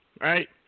right